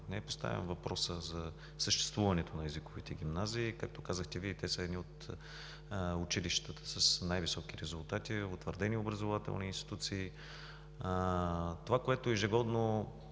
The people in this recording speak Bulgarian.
не е поставян въпросът за съществуването на езиковите гимназии. Както казахте Вие, те са едни от училищата с най-високи резултати, утвърдени образователни институции. Това, което ежегодно